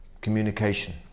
communication